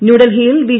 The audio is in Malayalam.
ന്യൂഡൽഹിയിൽ ബി